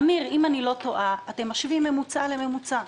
אמיר, אם אני לא טועה, אתם משווים ממוצע לממוצע.